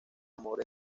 amor